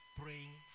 praying